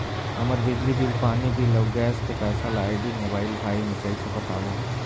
हमर बिजली बिल, पानी बिल, अऊ गैस के पैसा ला आईडी, मोबाइल, भाई मे कइसे पटाबो?